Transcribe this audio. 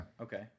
Okay